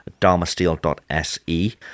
DharmaSteel.se